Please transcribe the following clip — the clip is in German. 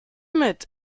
mit